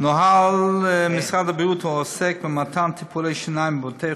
נוהל משרד הבריאות העוסק במתן טיפולי שיניים בבתי